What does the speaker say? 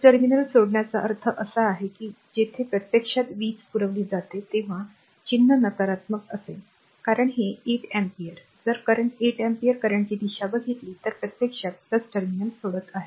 terminal सोडण्याचा अर्थ असा आहे की जेथे प्रत्यक्षात वीज पुरवली जाते तेव्हा r चिन्ह नकारात्मक असेल कारण हे 8 ampere जर current 8 ampere करंटची दिशा बघितली तर प्रत्यक्षात टर्मिनल सोडत आहे